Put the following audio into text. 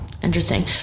Interesting